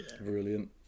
Brilliant